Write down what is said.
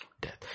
death